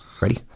Ready